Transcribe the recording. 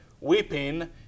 Weeping